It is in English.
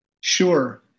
Sure